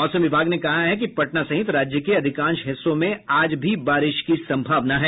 मौसम विभाग ने कहा है कि पटना सहित राज्य के अधिकांश हिस्सों में आज भी बारिश की सम्भावना है